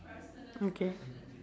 okay